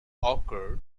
occur